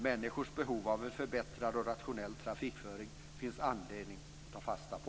Människors behov av en förbättrad och rationell trafikföring finns det anledning att ta fasta på.